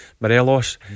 Morelos